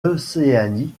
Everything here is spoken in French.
océanie